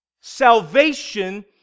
salvation